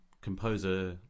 composer